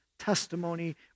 testimony